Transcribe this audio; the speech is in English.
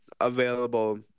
available